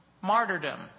martyrdom